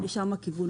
לשם הכיוון.